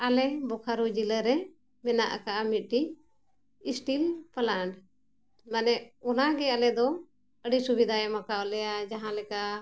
ᱟᱞᱮ ᱵᱳᱠᱟᱨᱳ ᱡᱮᱞᱟᱨᱮ ᱢᱮᱱᱟᱜ ᱟᱠᱟᱫᱼᱟ ᱢᱤᱫᱴᱤᱡ ᱥᱴᱤᱞ ᱯᱞᱟᱱᱴ ᱢᱟᱱᱮ ᱚᱱᱟᱜᱮ ᱟᱞᱮ ᱫᱚ ᱟᱹᱰᱤ ᱥᱩᱵᱤᱫᱟᱭ ᱮᱢ ᱟᱠᱟᱫ ᱞᱮᱭᱟ ᱡᱟᱦᱟᱸ ᱞᱮᱠᱟ